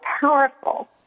powerful